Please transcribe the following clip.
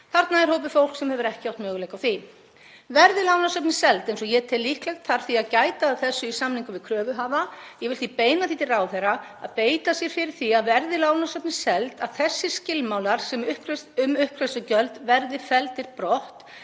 Þarna er hópur fólks sem hefur ekki átt möguleika á því. Verði lánasöfnin seld, eins og ég tel líklegt, þarf því að gæta að þessu í samningum við kröfuhafa. Ég vil því beina því til ráðherra að beita sér fyrir því að verði lánasöfnin seld verði þessir skilmálar um uppgreiðslugjöld felldir brott